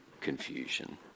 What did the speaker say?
confusion